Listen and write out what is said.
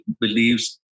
believes